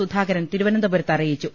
സുധാകരൻ തിരുവനന്തപുരത്ത് അറിയിച്ചു